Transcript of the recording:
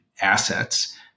assets